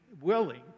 willing